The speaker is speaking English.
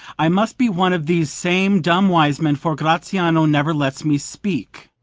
i must be one of these same dumb wise men, for gratiano never lets me speak.